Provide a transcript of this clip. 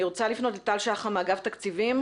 אני רוצה לפנות לטל שחם מאגף התקציבים.